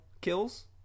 kills